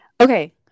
okay